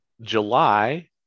July